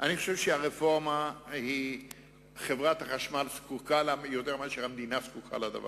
אני חושב שחברת החשמל זקוקה לרפורמה יותר מאשר המדינה זקוקה לה.